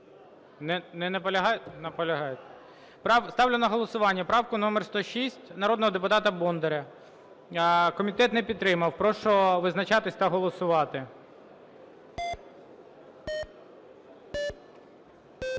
Не наполягаєте? Наполягаєте. Ставлю на голосування правку номер 106 народного депутата Бондаря. Комітет не підтримав. Прошу визначатися та голосувати.